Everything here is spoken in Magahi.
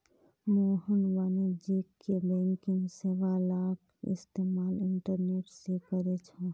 मोहन वाणिज्यिक बैंकिंग सेवालाक इस्तेमाल इंटरनेट से करछे